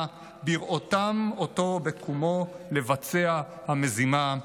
/ בראותם אותו בקומו / לבצע המזימה".